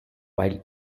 while